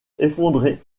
effondré